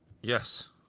Yes